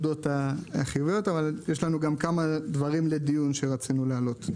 יש כמה דברים לדיון שרצינו להעלות,